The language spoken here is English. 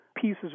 pieces